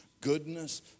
goodness